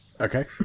Okay